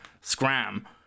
Scram